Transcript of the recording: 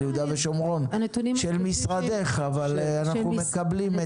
יהודה ושומרון של משרדך אבל אנחנו מקבלים.